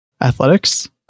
Athletics